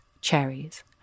cherries